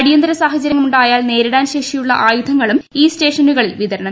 അടിയന്തര സാഹചരൃങ്ങളുണ്ടായാൽ നേരിടാൻ ശേഷിയുള്ള ആയുധങ്ങളും ഈ സ്റ്റേഷനുകളിൽ വിതരണംചെയ്തിട്ടുണ്ട്